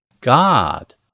God